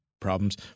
Problems